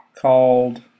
called